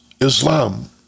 Islam